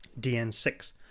DN6